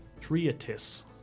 Treatise